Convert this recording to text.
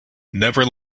never